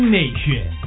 nation